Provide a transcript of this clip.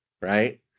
right